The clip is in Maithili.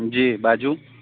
जी बाजू